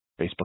Facebook